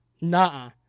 nah